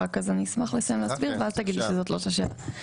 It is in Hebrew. אני אשמח לסיים להסביר ואז תגיד שזאת לא השאלה.